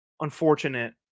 unfortunate